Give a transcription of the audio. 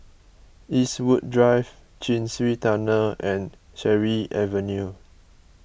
Eastwood Drive Chin Swee Tunnel and Cherry Avenue